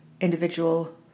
individual